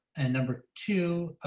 and number two,